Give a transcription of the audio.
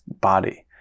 body